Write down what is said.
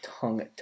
tongue